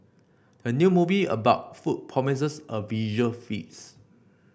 the new movie about food promises a visual feast